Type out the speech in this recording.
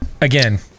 again